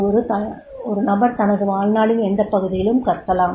ஒரு நபர் தனது வாழ்நாளின் எந்த பகுதியிலும் கற்கலாம்